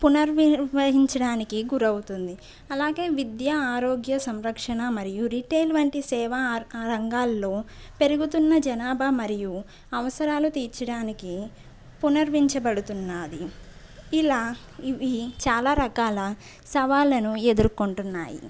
పుననిర్వహించడానికి గురవుతుంది అలాగే విద్య ఆరోగ్య సంరక్షణ మరియు రిటైల్ వంటి సేవా ఆ రంగాల్లో పెరుగుతున్న జనాభా మరియు అవసరాలు తీర్చడానికి పుననిర్విహించబడుతున్నది ఇలా ఇవి చాలా రకాల సవాళ్ళను ఎదుర్కొంటున్నాయి